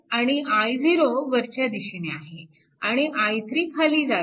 आणि i0 वरच्या दिशेने आहे आणि i3 खाली जात आहे